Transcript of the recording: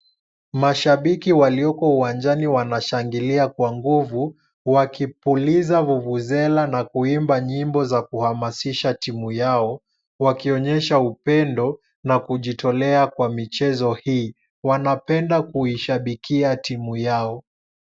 Mashabiki walioko uwanjani wanashangilia kwa nguvu, wakipuliza vuvuzela na kuimba nyimbo za kuhamasisha timu yao, wakionyesha upendo na kujitolea kwa michezo hii. Wanapenda kuishabikia timu yao.